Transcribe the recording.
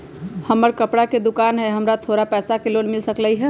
हमर कपड़ा के दुकान है हमरा थोड़ा पैसा के लोन मिल सकलई ह?